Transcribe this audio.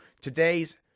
today's